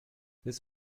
this